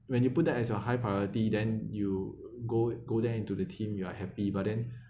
when you put that as your high priority then you go in go there into the team you are happy but then